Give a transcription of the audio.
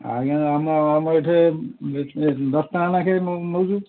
ଆଜ୍ଞା ଆମ ଆମର ଏଠି ଦଶ ଟଙ୍କା ଲେଖାରେ ନେଉଛୁ